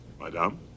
Madame